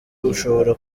ushobora